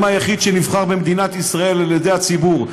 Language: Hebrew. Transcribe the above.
היחיד שנבחר במדינת ישראל על ידי הציבור.